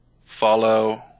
follow